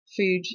food